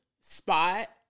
spot